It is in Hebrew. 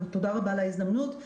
תודה רבה על ההזדמנות.